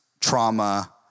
trauma